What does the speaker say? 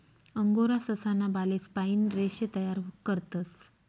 angora ससा ना बालेस पाइन रेशे तयार करतस